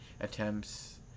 attempts